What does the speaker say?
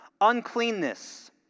uncleanness